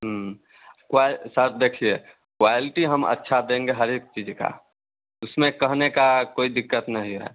कोए साहब देखिए क्वालिटी हम अच्छा देंगे हर एक चीज़ का उसमें कहने की कोई दिक्कत नहीं है